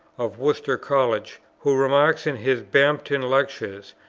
of worcester college, who remarks in his bampton lectures,